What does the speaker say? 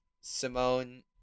Simone